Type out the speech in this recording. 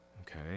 Okay